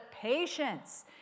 patience